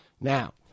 Now